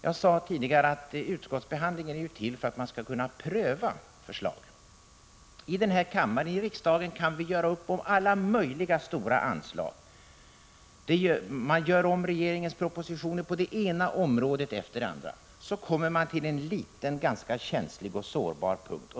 Jag sade tidigare att utskottsbehandlingen är till för att man skall kunna pröva förslagen. I riksdagen kan vi göra upp om alla möjliga stora anslag. Vi gör om regeringens propositioner på det ena området efter det andra. Så kommer riksdagen till en liten, ganska känslig och sårbar punkt.